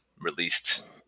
released